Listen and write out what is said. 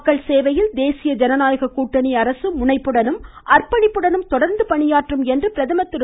மக்கள் சேவையில் தேசிய ஜனநாயக கூட்டணி அரசு முனைப்புடனும் அர்ப்பணிப்புடனும் தொடர்ந்து பணியாற்றும் என பிரதமர் திரு